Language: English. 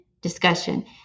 discussion